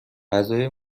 غذای